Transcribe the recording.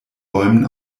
bäumen